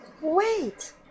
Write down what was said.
wait